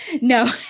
No